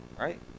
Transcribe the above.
right